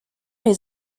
les